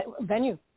venue